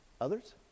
Others